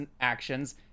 actions